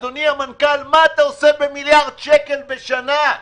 אדוני המנכ"ל, מה אתה עושה במיליארד שקל בשנה?